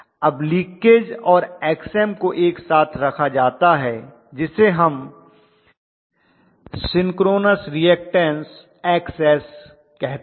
अब लीकेज और Xm को एक साथ रखा जाता है जिसे हम सिंक्रोनस रीऐक्टन्स Xs कहते हैं